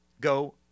go